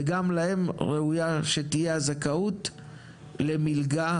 וגם להם ראוי שתהיה הזכאות למלגה